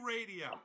Radio